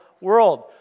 world